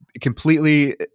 completely